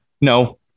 No